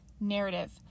narrative